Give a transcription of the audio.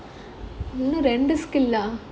இன்னும் ரெண்டு:innum rendu skill lah